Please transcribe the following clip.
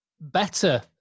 better